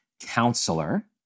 counselor